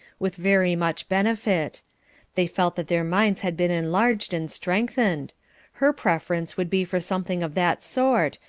with very much benefit they felt that their minds had been enlarged and strengthened her preference would be for something of that sort,